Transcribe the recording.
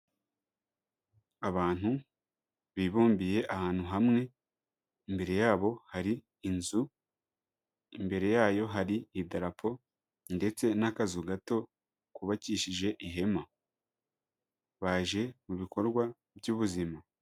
Abantu bibumbiye ahantu hamwe imbere yabo hari inzu, imbere yayo hari idarapo ndetse n'akazu gato kubakishije ihema baje mu bikorwa by'ubuzima.